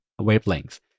wavelengths